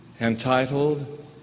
entitled